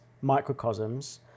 microcosms